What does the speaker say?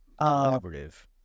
Collaborative